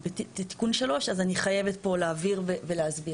שנעשה בעדכון 3, אז אני חייבת פה להבהיר ולהסביר.